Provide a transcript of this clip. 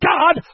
God